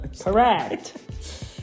Correct